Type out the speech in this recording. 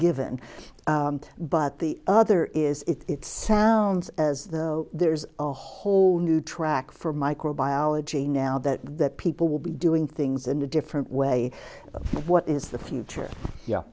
given but the other is it sounds as though there's a whole new track for microbiology now that people will be doing things in a different way of what is the future yeah